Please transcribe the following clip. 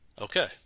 okay